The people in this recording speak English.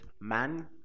man